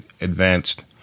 advanced